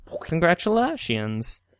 Congratulations